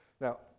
Now